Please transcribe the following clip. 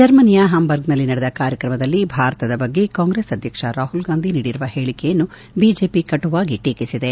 ಜರ್ಮನಿಯ ಹಾಂಬರ್ಗ್ನಲ್ಲಿ ನಡೆದ ಕಾರ್ಯಕ್ರಮದಲ್ಲಿ ಭಾರತದ ಬಗ್ಗೆ ಕಾಂಗ್ರೆಸ್ ಅಧ್ಯಕ್ಷ ರಾಹುಲ್ಗಾಂಧಿ ನೀಡಿರುವ ಹೇಳಿಕೆಯನ್ನು ಬಿಜೆಪಿ ಕಟುವಾಗಿ ಟೀಕಿಸಿದೆ